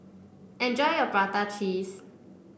enjoy your Prata Cheese